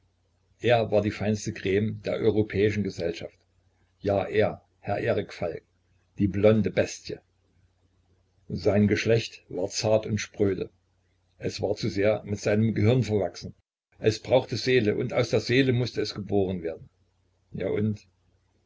er war die feinste crme der europäischen gesellschaft ja er herr erik falk die blonde bestie sein geschlecht war zart und spröde er war zu sehr mit seinem gehirn verwachsen es brauchte seele und aus der seele mußte es geboren werden ja und